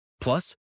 plus